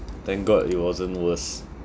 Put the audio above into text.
thank god it wasn't worse